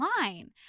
line